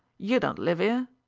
you don't live ere.